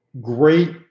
great